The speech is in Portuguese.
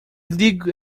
digo